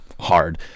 hard